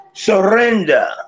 surrender